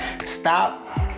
stop